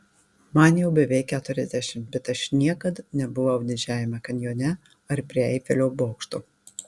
man jau beveik keturiasdešimt bet aš niekad nebuvau didžiajame kanjone ar prie eifelio bokšto